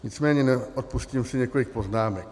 Nicméně neodpustím si několik poznámek.